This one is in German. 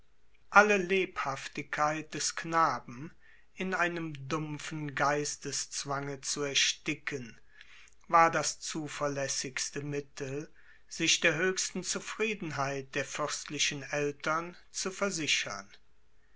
alle lebhaftigkeit des knaben in einem dumpfen geisteszwange zu ersticken war das zuverlässigste mittel sich der höchsten zufriedenheit der fürstlichen eltern zu versichern